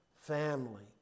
family